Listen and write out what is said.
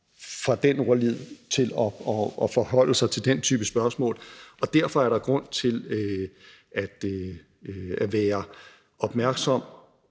fra den ordlyd til at forholde sig til den type spørgsmål. Og derfor er der grund til at være opmærksom